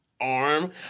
arm